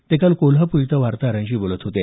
ते काल कोल्हापूर इथं वार्ताहरांशी बोलत होते